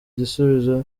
gisubizo